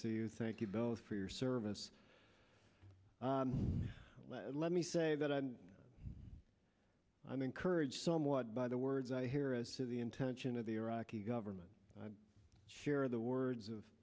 see you thank you both for your service let me say that i i'm encouraged somewhat by the words i hear as to the intention of the iraqi government here are the words of